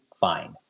fine